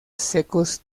secos